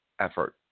effort